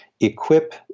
equip